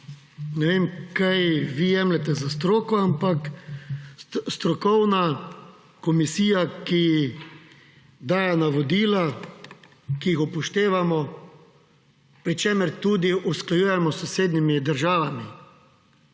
ne vem, kaj vi jemljete za stroko, ampak strokovna komisija, ki daje navodila, ki jih upoštevamo, pri čemer tudi usklajujemo s sosednjimi državami.